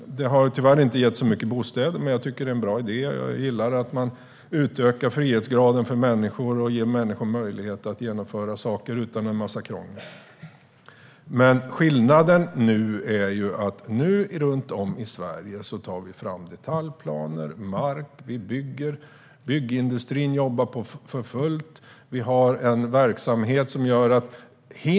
Tyvärr har det inte gett så många bostäder, men jag tycker att det var en bra idé. Jag gillar att man utökar frihetsgraden för människor och ger människor möjlighet att genomföra saker utan en massa krångel. Skillnaden är ju att man nu runt om i Sverige tar fram detaljplaner och mark att bygga på. Byggindustrin jobbar för fullt.